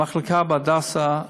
המחלקה בהדסה,